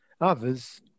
Others